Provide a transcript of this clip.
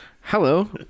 Hello